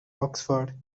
oxford